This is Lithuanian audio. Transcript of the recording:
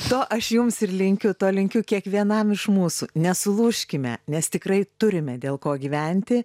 to aš jums ir linkiu to linkiu kiekvienam iš mūsų nesulūžkime nes tikrai turime dėl ko gyventi